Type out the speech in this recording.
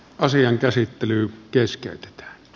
asian käsittely keskeyt